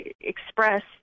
express